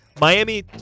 Miami